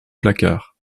placard